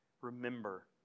remember